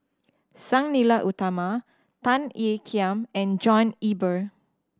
Sang Nila Utama Tan Ean Kiam and John Eber